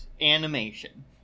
animation